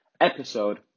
episode